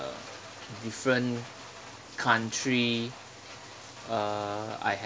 different country uh I have